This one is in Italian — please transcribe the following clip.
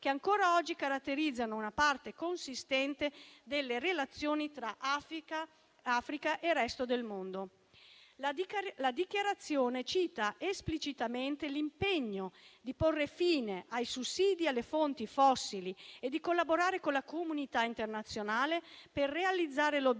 che ancora oggi caratterizzano una parte consistente delle relazioni tra Africa e resto del mondo. La dichiarazione cita esplicitamente l'impegno di porre fine ai sussidi alle fonti fossili e di collaborare con la comunità internazionale per realizzare l'obiettivo